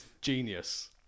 Genius